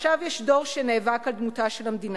ועכשיו יש דור שנאבק על דמותה של המדינה.